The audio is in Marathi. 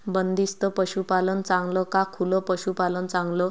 बंदिस्त पशूपालन चांगलं का खुलं पशूपालन चांगलं?